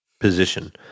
position